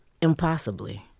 impossibly